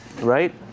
right